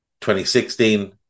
2016